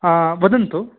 वदन्तु